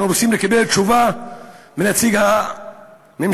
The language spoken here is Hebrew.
אנחנו רוצים לקבל תשובה מנציג הממשלה.